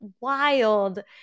wild